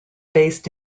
based